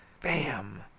BAM